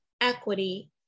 equity